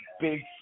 Big